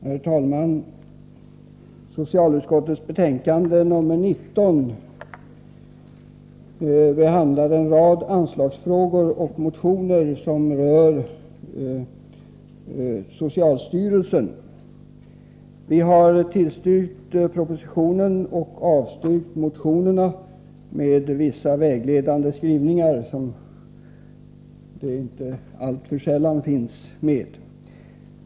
Herr talman! I socialutskottets betänkande 19 behandlas en rad anslagsfrågor och motioner som rör socialstyrelsen. Utskottet har tillstyrkt propositionens förslag och avstyrkt motionerna, med vissa vägledande skrivningar, som ju inte alltför sällan finns med.